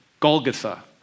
Golgotha